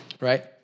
right